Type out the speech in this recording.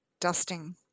dusting